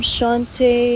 Shante